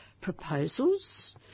proposals